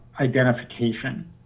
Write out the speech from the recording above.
identification